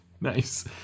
Nice